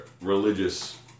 religious